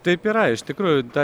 taip yra iš tikrųjų ta